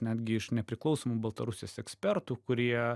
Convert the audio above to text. netgi iš nepriklausomų baltarusijos ekspertų kurie